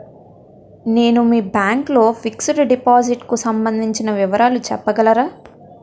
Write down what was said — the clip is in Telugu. నేను మీ బ్యాంక్ లో ఫిక్సడ్ డెపోసిట్ కు సంబందించిన వివరాలు చెప్పగలరా?